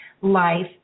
life